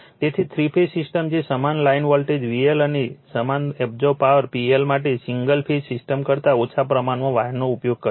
તેથી three phase system જે સમાન લાઇન વોલ્ટેજ VL અને સમાન એબ્સોર્બ પાવર PL માટે સિંગલ ફેઝ સિસ્ટમ કરતાં ઓછા પ્રમાણમાં વાયરનો ઉપયોગ કરે છે